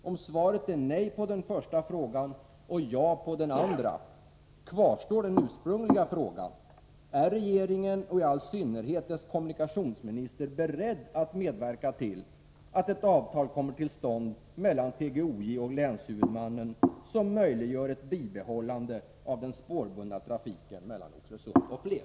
Om svaret är nej på den första frågan och ja på den andra, kvarstår den ursprungliga frågan: Är regeringen, och i all synnerhet dess kommunikationsminister, beredd att medverka till att det mellan TGOJ och länshuvudmannen kommer till stånd ett avtal, som möjliggör ett bibehållande av den spårbundna trafiken mellan Oxelösund och Flen?